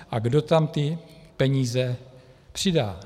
A kdo tam ty peníze přidá?